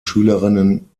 schülerinnen